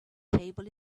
table